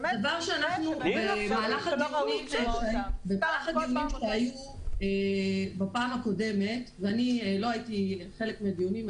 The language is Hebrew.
במהלך הדיונים בפעם הקודמת לא הייתי בחלק מהדיונים.